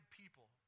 people